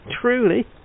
Truly